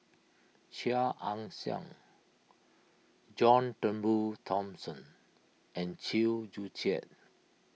Chia Ann Siang John Turnbull Thomson and Chew Joo Chiat